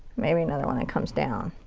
maybe another one that comes down.